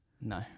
No